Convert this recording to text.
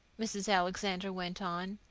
mrs. alexander went on,